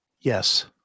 Yes